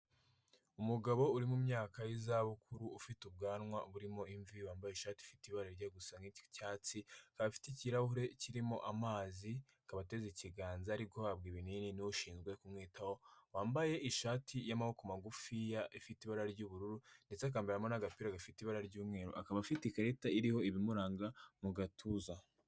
Umugabo uri mu myaka y'izabukuru ufite ubwanwa buririmo imvi wambaye ishati ifite ibara rijya gusa nkiicyatsi, afite ikirahure kirimo amazi akaba ateze ikiganza ari guhabwa ibinini n'ushinzwe kumwitaho wambaye ishati y'amaboko magufi ifite ibara ry'ubururu ndetse akambaramo n'agapira gafite ibara ry'umweru, akaba afite ikarita iriho ibimuranga mu gatuza.